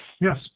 Yes